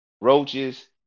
roaches